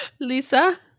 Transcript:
Lisa